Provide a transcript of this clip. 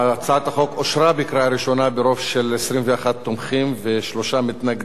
הצעת החוק אושרה בקריאה ראשונה ברוב של 21 תומכים ושלושה מתנגדים,